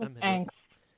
Thanks